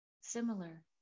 similar